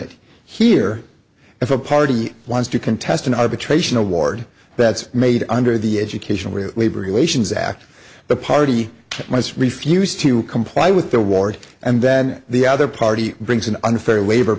it here if a party wants to contest an arbitration award that's made under the education where the labor relations act the party most refused to comply with their ward and then the other party brings an unfair labor